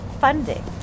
funding